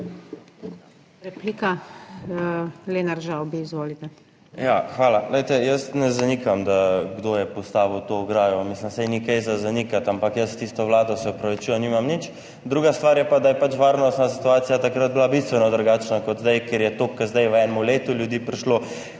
ŽAVBI (PS Svoboda):** Ja, hvala. Glejte, jaz ne zanikam, kdo je postavil to ograjo, mislim, saj ni kaj za zanikati, ampak jaz s tisto Vlado, se opravičujem, nimam nič. Druga stvar je pa, da je varnostna situacija takrat bila bistveno drugačna kot zdaj, ker je to kot zdaj v enem letu ljudi prišlo